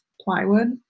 plywood